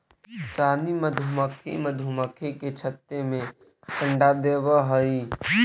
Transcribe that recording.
रानी मधुमक्खी मधुमक्खी के छत्ते में अंडा देवअ हई